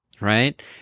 right